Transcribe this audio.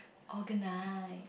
organise